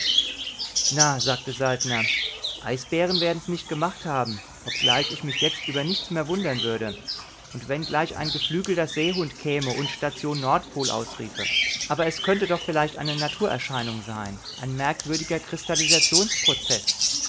na sagte saltner eisbären werden's nicht gemacht haben obgleich ich mich jetzt über nichts mehr wundern würde und wenn gleich ein geflügelter seehund käme und station nordpol ausriefe aber es könnte doch vielleicht eine naturerscheinung sein ein merkwürdiger